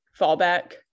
fallback